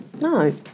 No